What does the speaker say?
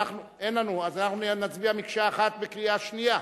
אנחנו נצביע מקשה אחת בקריאה שנייה.